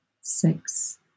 six